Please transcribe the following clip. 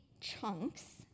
chunks